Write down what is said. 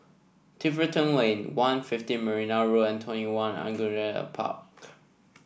Tiverton Lane One fifteen Marina Road and TwentyOne Angullia Park